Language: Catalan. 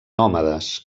nòmades